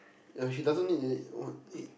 ya she doesn't need then what need